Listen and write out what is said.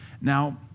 Now